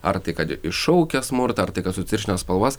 ar tai kad iššaukia smurtą ar tai kad sutirština spalvas